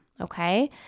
Okay